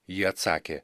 jie atsakė